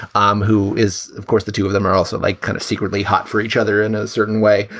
um who is, of course, the two of them are also like kind of secretly hot for each other in a certain way.